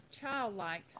childlike